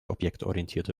objektorientierte